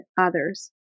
others